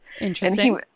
Interesting